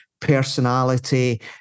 personality